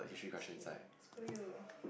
S_G screw you